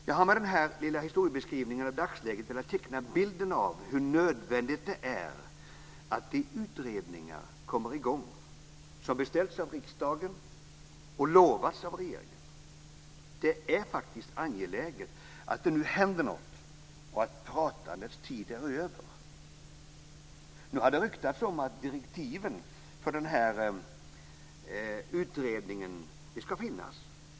Jag har med denna lilla historieskrivning om dagsläget velat teckna bilden av hur nödvändigt det är att de utredningar kommer i gång som beställts av riksdagen och lovats av regeringen. Det är faktiskt angeläget att det händer något och att pratandets tid är över. Nu har det ryktats om att direktiven för den här utredningen skulle finnas.